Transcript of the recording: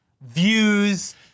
views